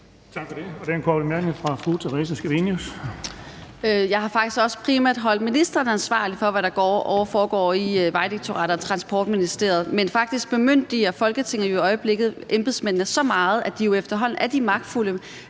Jeg har faktisk også primært holdt ministeren ansvarlig for, hvad der foregår i Vejdirektoratet og Transportministeriet. Men faktisk bemyndiger Folketinget jo i øjeblikket embedsmændene så meget, at de efterhånden er de magtfulde